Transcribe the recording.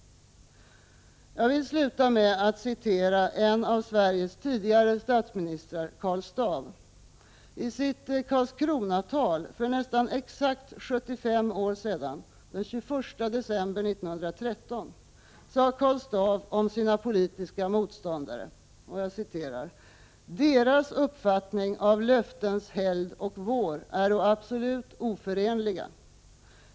Jag vill sluta med att citera en av Sveriges tidigare statsministrar, Karl Staaff. I sitt Karlskronatal för nästa exakt 75 år sedan, den 21 december 1913, sade Karl Staaff om sina politiska motståndare: ”-—-- deras uppfattning av löftens helgd och vår äro absolut oförenliga.